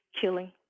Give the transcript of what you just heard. killing